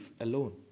alone